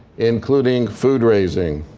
including food-raising.